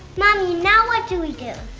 mommy, now what do we do?